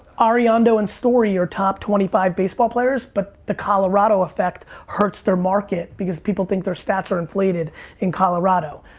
ariondo and story are top twenty five baseball players but the colorado effect hurts their market because people think their stats are inflated in colorado.